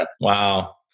Wow